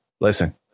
Listen